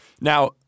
Now